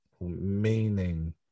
meaning